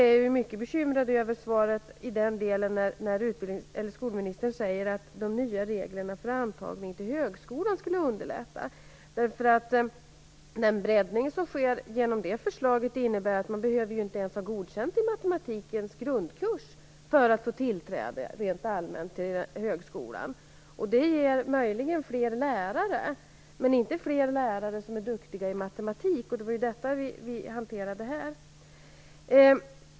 Däremot är jag mycket bekymrad över svaret när skolministern säger att de nya reglerna för antagning till högskolan skulle underlätta. Den breddning som sker genom det förslaget innebär ju att man inte ens behöver ha godkänt på matematikens grundkurs för att få allmänt tillträde till högskolan. Det ger möjligen fler lärare men inte fler lärare som är duktiga i matematik, vilket är den fråga som vi här diskuterar.